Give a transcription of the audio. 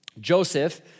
Joseph